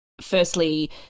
firstly